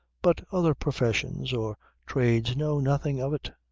but other professions or trades know nothing of it.